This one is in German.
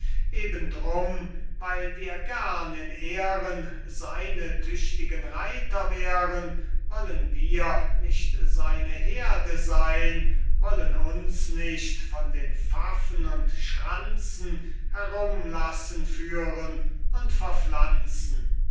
eben drum weil wir gern in ehren seine tüchtigen reiter wären wollen wir nicht seine herde sein wollen uns nicht von den pfaffen und schranzen herum lassen führen und verpflanzen